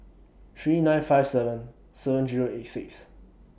three nine five seven seven Zero eight six